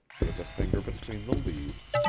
with a finger between the leaves,